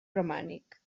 romànic